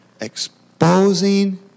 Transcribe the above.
Exposing